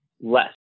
less